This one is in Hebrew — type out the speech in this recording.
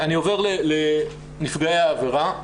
אני עובר לנפגעי העבירה.